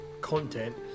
content